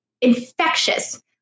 infectious